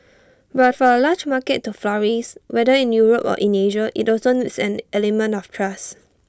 but for A large market to flourish whether in Europe or in Asia IT also needs an element of trust